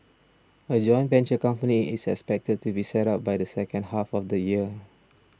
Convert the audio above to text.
a joint venture company is expected to be set up by the second half of the year